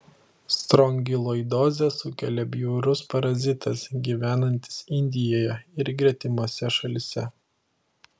strongiloidozę sukelia bjaurus parazitas gyvenantis indijoje ir gretimose šalyse